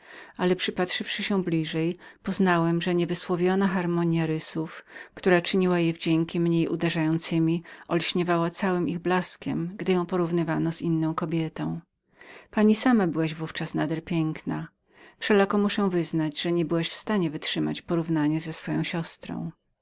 ale przypatrzywszy się bliżej poznałem że niewysłowiona harmonija jej rysów czyniła jej wdzięki z razu mniej uderzającemi wkrótce jednak olśniała całym ich blaskiem zwłaszcza gdy ją porównywano z inną kobietą pani sama byłaś w ówczas nader piękną wszelako muszę wyznać że niebyłaś w stanie wytrzymać porównania z jej siostrą